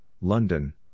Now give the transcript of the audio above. London